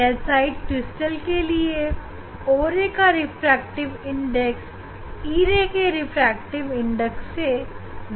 calcite crystal के लिए o ray का रिफ्रैक्टिव इंडेक्स e ray के रिफ्रैक्टिव इंडेक्स से ज्यादा होता है